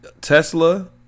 Tesla